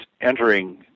entering